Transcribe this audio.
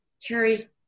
Terry